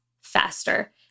faster